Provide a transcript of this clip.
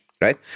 right